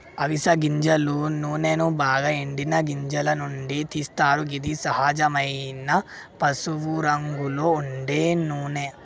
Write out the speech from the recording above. అవిస గింజల నూనెను బాగ ఎండిన గింజల నుండి తీస్తరు గిది సహజమైన పసుపురంగులో ఉండే నూనె